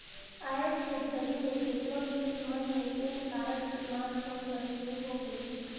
आयज के घरी मे केतनो चीच मन मे पेन कारड के मांग होय बर सुरू हो गइसे